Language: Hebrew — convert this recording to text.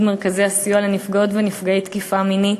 מרכזי הסיוע לנפגעות ונפגעי תקיפה מינית.